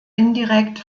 indirekt